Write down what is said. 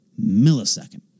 millisecond